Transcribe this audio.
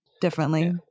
differently